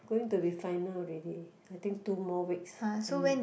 going to be final already I think two more weeks